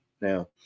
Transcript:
Now